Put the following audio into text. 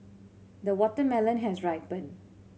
the watermelon has ripen